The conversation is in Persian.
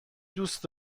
دوست